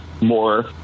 more